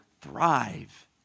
thrive